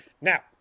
Now